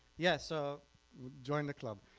yes so join the club